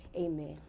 Amen